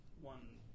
one